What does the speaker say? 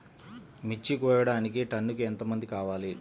మిర్చి కోయడానికి టన్నుకి ఎంత మంది కావాలి?